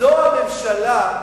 זו הממשלה,